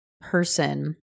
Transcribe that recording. person